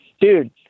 dude